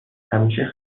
همیشه